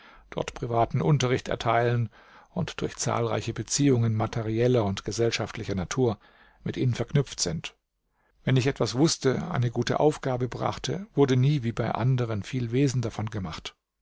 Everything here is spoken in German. dort privaten unterricht erteilen und durch zahlreiche beziehungen materieller und gesellschaftlicher natur mit ihnen verknüpft sind wenn ich etwas wußte eine gute aufgabe brachte wurde nie wie bei anderen viel wesen davon gemacht